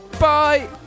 Bye